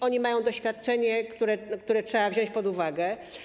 One mają doświadczenie, które trzeba wziąć pod uwagę.